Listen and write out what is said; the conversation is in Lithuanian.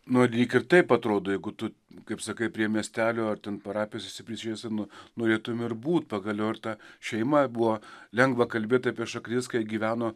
nu lyg ir taip atrodo jeigu tu kaip sakai prie miestelio ar ten parapijos esi prisirišęs nu norėtum ir būt pagaliau ir ta šeima buvo lengva kalbėt apie šaknis